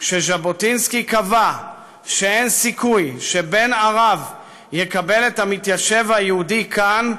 כשז'בוטינסקי קבע שאין סיכוי שבן ערב יקבל את המתיישב היהודי כאן,